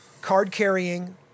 card-carrying